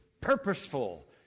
purposeful